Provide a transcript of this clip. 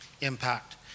impact